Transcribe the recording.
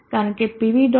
કારણ કે pv